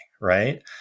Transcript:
Right